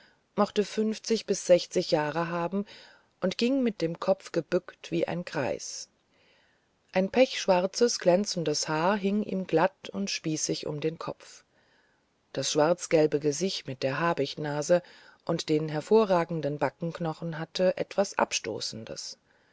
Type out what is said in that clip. mochte fünfzig bis sechzig jahre haben und ging mit dem kopfe gebückt wie ein greis ein pechschwarzes glänzendes haar hing ihm glatt und spießig um den kopf das schwarzgelbe gesicht mit der habichtsnase und den vorragenden backenknochen hatten etwas abstoßendes